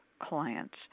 Clients